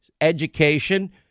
education